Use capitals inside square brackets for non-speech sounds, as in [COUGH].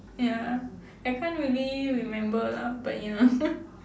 ya I can't really remember lah but ya [LAUGHS]